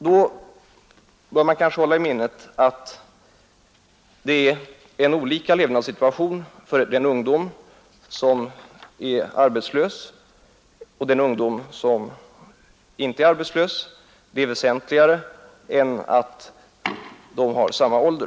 Man bör hålla i minnet att den ungdom som är arbetslös har en annan levnadssituation än den som går i den vanliga skolgången. Det är väsentligare än att de är av samma ålder.